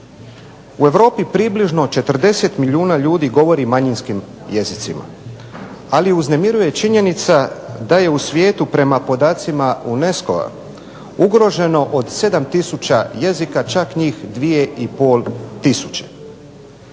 U Europi približno 40 milijuna ljudi govori manjinskim jezicima, ali uznemiruje činjenica da je u svijetu prema podacima UNESCO-a ugroženo od 7000 jezika čak njih 2 i pol tisuće.